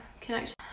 connection